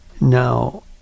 Now